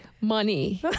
money